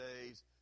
days